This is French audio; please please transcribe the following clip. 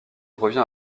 revient